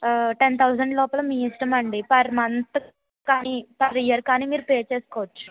ten thousand లోపల మీ ఇష్టమండి పర్ మంత్ కానీ పర్ ఇయర్ కానీ మీరు పే చేసుకోవచ్చు